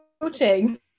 coaching